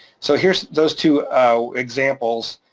so here is those two examples.